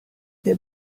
der